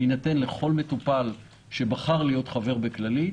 יינתן לכל מטופל שבחר להיות חבר בכללית,